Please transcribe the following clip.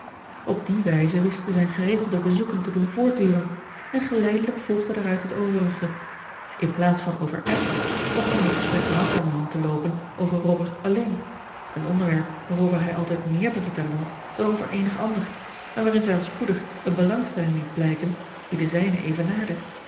op die wijze wist zij zijn geregelde bezoeken te doen voortduren en geleidelijk volgde daaruit het overige inplaats van over edward begon hun gesprek langzamerhand te loopen over robert alleen een onderwerp waarover hij altijd meer te vertellen had dan over eenig ander en waarin zij al spoedig eene belangstelling liet blijken die de zijne evenaarde